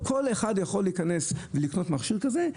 כל אחד יכול לקנות מכשיר כזה.